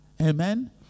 amen